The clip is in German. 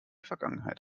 vergangenheit